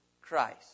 Christ